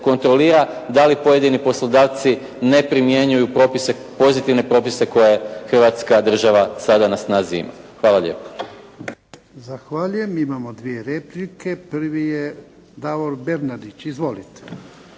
da li pojedini poslodavci ne primjenjuju propise, pozitivne propise koje Hrvatska država sada na snazi ima. Hvala lijepa. **Jarnjak, Ivan (HDZ)** Zahvaljujem. Imamo dvije replike. Prvi je Davor Bernardić. Izvolite.